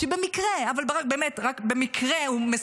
רהיטים וגם איך למכור את המדינה, והוא יודע.